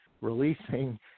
releasing